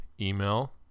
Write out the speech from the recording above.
email